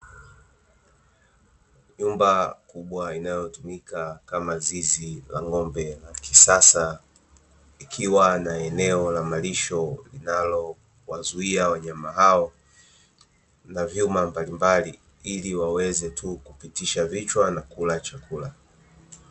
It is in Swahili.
Nyumba kubwa inayotumika kama zizi la ng'ombe la kisasa, likiwa na eneo la malisho linalowazuia wanyama hao na vyuma mbalimbali ili waweze tu kupitisha vichwa na kula chakula.